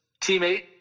teammate